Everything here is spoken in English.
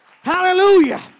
hallelujah